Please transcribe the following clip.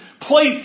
Place